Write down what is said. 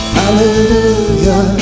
Hallelujah